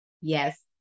Yes